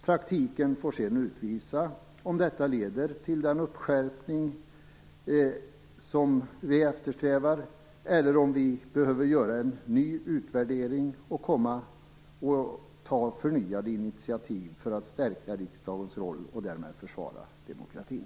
Praktiken får sedan utvisa om detta leder till den skärpning som vi i Vänsterpartiet eftersträvar eller om man behöver göra en ny utvärdering och ta förnyade initiativ för att stärka riksdagens roll och därmed försvara demokratin.